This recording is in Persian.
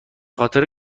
خاطر